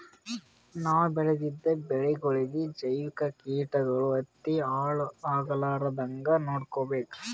ನಾವ್ ಬೆಳೆದಿದ್ದ ಬೆಳಿಗೊಳಿಗಿ ಜೈವಿಕ್ ಕೀಟಗಳು ಹತ್ತಿ ಹಾಳ್ ಆಗಲಾರದಂಗ್ ನೊಡ್ಕೊಬೇಕ್